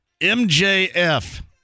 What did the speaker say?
mjf